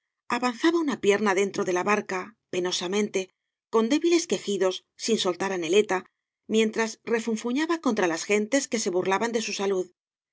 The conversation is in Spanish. avanzaba una pierna dentro de la barca penosamente con débiles quejidos sin soltar á neleta mientras refunfuñaba contra las gentes que se burlaban de su salud